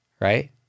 right